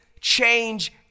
change